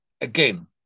Again